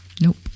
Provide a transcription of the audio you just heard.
Nope